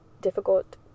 difficult